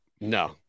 no